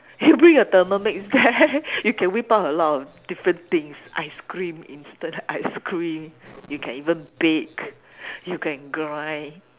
you bring your Thermomix there you can whip out a lot of different things ice cream instant ice cream you can even bake you can grind